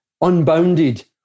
unbounded